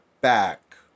back